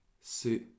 C'est